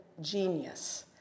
genius